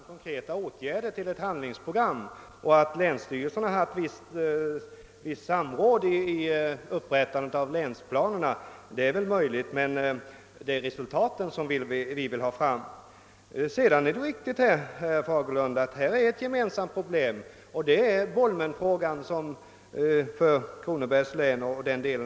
Herr talman! Vad vi efterlyst i motionerna är konkreta åtgärder i ett handlingsprogram. Att länsstyrelserna haft visst samråd vid upprättandet av länsplanerna är möjligt, men det är resultaten vi vill ha fram. Det är riktigt, herr Fagerlund, att bolmenfrågan är ett gemensamt problem.